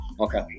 Okay